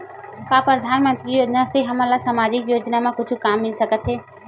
का परधानमंतरी योजना से हमन ला सामजिक योजना मा कुछु काम मिल सकत हे?